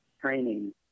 training